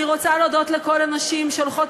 אני רוצה להודות לכל הנשים שהולכות